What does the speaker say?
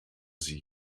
sie